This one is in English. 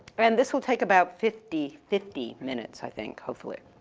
and this will take about fifty fifty minutes i think hopefully.